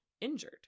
injured